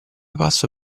passo